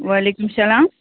وعلیکُم سلام